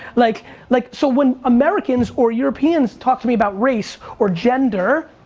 like like so when americans or europeans talk to me about race or gender,